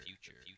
future